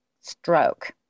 stroke